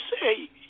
say